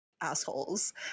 assholes